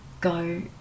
go